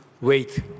wait